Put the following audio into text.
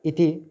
इति